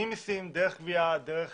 ממיסים דרך גבייה דרך